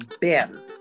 better